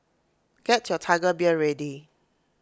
get your Tiger Beer ready